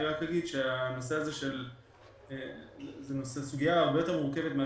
אני רק אגיד שזאת סוגיה הרבה יותר מורכבת,